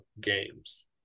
games